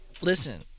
listen